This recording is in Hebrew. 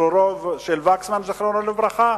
זיכרונו לברכה?